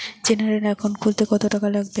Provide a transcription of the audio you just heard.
General account খুলতে কত টাকা লাগবে?